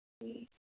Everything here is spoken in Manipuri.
ꯎꯝ